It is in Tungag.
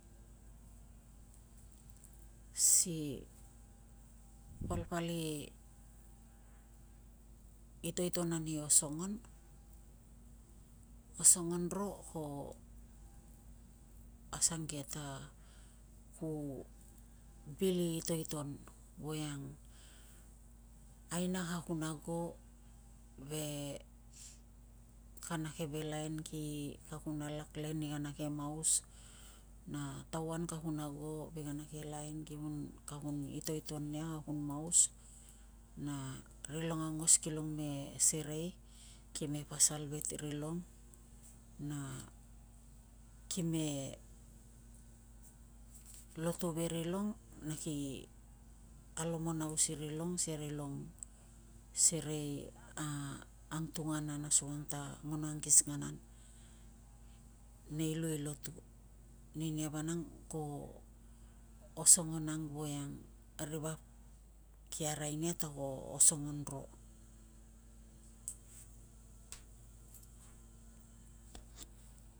Si palpal i itoiton ani osongon, osongon ro ko asange ta ko bil i itoiton voiang aina ka kun ago ve kana keve lain ka kun alak le ni kana keve maus na tauan ka kun ago ve kana ke laen ka kun itoiton nia ia, ka kun maus na rilong aongos na rilong aungos kilong me serei. Ki me pasal ve rilong na kime lotu ve rilong na ki me alomonaus irilong si karilong serei angtunganan asukang ta ngono ankisinganan nei lui i lotu. Ninia vanang ko osongon ang voiang ri vap ki arai nia ta ko osongon.